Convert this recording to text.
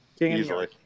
Easily